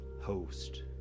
host